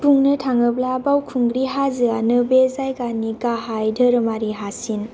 बुंनो थाङोब्ला बावखुंग्रि हाजोआनो बे जायगानि गाहाय दोहोरोमारि हासिन